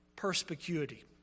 perspicuity